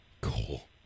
Cool